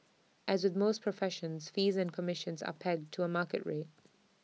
as with most professions fees and commissions are pegged to A market rate